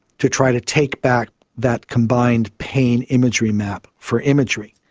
to try to take back that combined pain imagery map for imagery.